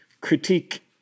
critique